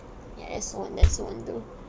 ya as on that's on do